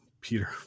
Peter